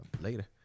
Later